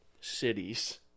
cities